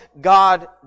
God